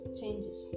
changes